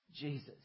jesus